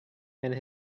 and